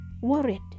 worried